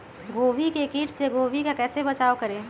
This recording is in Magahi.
गोभी के किट से गोभी का कैसे बचाव करें?